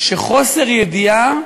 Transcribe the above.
שחוסר ידיעה